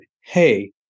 Hey